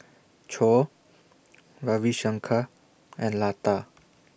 Choor Ravi Shankar and Lata